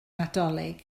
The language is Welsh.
nadolig